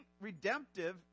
redemptive